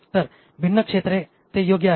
तर भिन्न क्षेत्रे ते योग्य आहेत